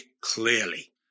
clearly